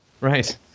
Right